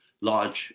large